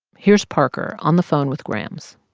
here's parker on the phone with grams